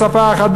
שפה אחת.